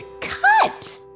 cut